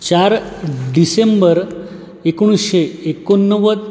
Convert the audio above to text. चार डिसेंबर एकोणीसशे एकोणनव्वद